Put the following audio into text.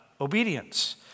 obedience